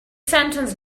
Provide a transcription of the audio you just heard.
sentence